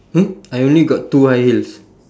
I only got two high heels